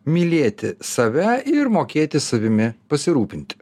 mylėti save ir mokėti savimi pasirūpint